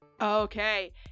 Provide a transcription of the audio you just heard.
Okay